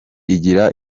igira